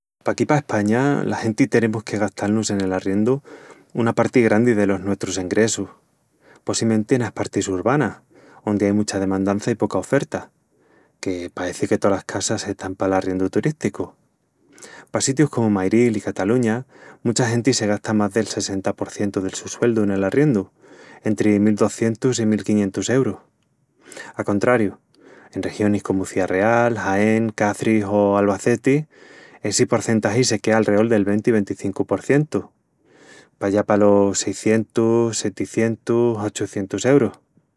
Paquí pa España, la genti tenemus que gastal-nus en el arriendu una parti grandi delos nuestrus engressus, possimenti enas partis urbanas, ondi ai mucha demandança i poca oferta, que paeci que tolas casas están pal arriendu turísticu. Pa sitius comu Mairil i Cataluña, mucha genti se gasta más del sesenta por cientu del su sueldu nel arriendu, entri mil docientus i mil quiñentus eurus. A contrariu, en regionis comu Ciá Real, Jaén, Caçris o Albaceti, essi porcentagi se quea alreol del venti-venticincu por cientu, pallá palos seicientus, seticientus, ochucientus eurus.